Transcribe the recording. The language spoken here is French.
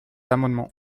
amendement